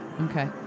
Okay